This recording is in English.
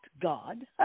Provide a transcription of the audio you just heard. God